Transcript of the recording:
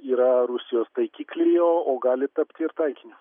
yra rusijos taikiklyje o gali tapti ir taikiniu